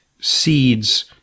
seeds